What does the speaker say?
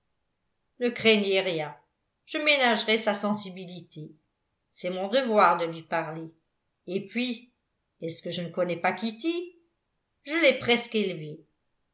ne craignez rien je ménagerai sa sensibilité c'est mon devoir de lui parler et puis est-ce que je ne connais pas kitty je l'ai presque élevée